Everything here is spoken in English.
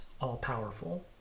all-powerful